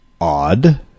odd